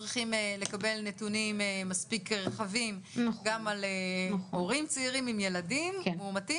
צריכים לקבל נתונים מספיק רחבים גם על הורים צעירים עם ילדים מאומתים